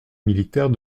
militaire